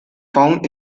found